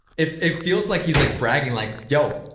it it feels like he's, like, bragging like, yo,